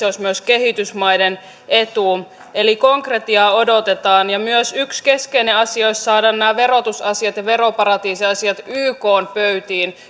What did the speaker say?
olisi myös kehitysmaiden etu eli konkretiaa odotetaan ja myös yksi keskeinen asia olisi saada nämä verotusasiat ja veroparatiisiasiat ykn pöytiin